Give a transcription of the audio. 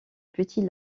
petit